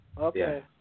Okay